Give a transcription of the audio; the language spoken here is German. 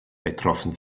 betroffen